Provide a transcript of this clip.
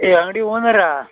ಈ ಅಂಗಡಿ ಓನರಾ